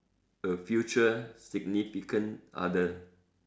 a future significant other